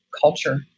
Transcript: culture